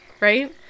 Right